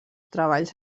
treballs